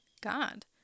God